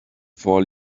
four